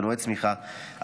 מנועי צמיחה,